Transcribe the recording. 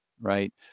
right